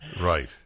Right